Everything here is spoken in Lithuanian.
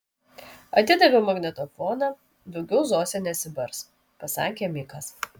atidaviau magnetofoną daugiau zosė nesibars pasakė mikas